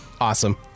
awesome